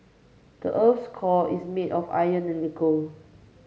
the earth's core is made of iron and nickel